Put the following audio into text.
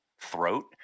throat